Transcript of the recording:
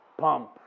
Pump